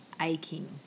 aching